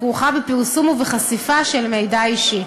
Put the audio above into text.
הכרוכה בפרסום ובחשיפה של מידע אישי,